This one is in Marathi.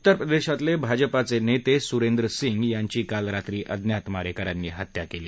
उत्तरप्रदेशातले भाजपा नेते सुरेंद्र सिंग यांची काल रात्री अज्ञात मारेकऱ्यांनी हत्या केली